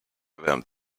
erwärmt